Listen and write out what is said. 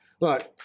Look